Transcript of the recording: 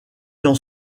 dans